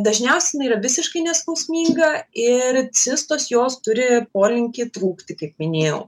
dažniausiai jinai yra visiškai neskausminga ir cistos jos turi polinkį trūkti kaip minėjau